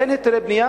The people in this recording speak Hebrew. אין היתרי בנייה,